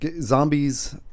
zombies